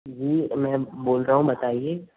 जी मैं बोल रहा हूँ बताइए